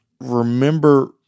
remember